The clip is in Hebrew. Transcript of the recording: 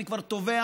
אני כבר תובע,